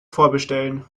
vorbestellen